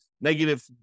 negative